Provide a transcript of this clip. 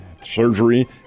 Surgery